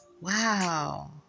wow